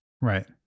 Right